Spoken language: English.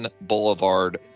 Boulevard